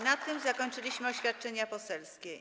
Na tym zakończyliśmy oświadczenia poselskie.